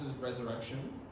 resurrection